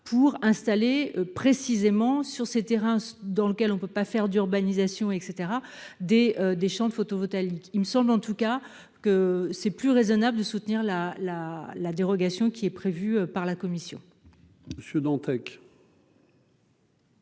pour installer précisément sur ce terrain dans lequel on ne peut pas faire d'urbanisation, et cetera des des champs de photovoltaïque, il me semble, en tout cas que c'est plus raisonnable de soutenir la la la dérogation qui est prévu par la commission. Monsieur Dantec.